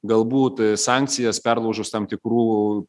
galbūt sankcijas perlaužus tam tikrų